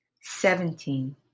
seventeen